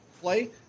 play